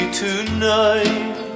tonight